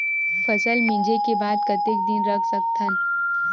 फसल मिंजे के बाद कतेक दिन रख सकथन?